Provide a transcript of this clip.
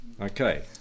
Okay